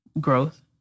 growth